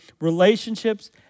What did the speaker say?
relationships